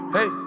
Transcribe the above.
Hey